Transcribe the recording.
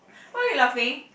why you laughing